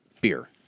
beer